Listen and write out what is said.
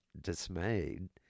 dismayed